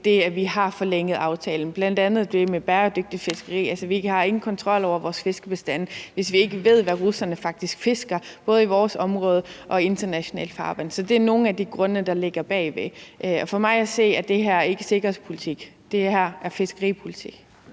det, at vi har forlænget aftalen, bl.a. det med bæredygtigt fiskeri. Altså, vi har ingen kontrol over vores fiskebestande, hvis vi ikke ved, hvad russerne faktisk fisker, både i vores område og i internationalt farvand. Så det er nogle af de grunde, der ligger bag det. Og for mig at se er det her ikke sikkerhedspolitik; det her er fiskeripolitik.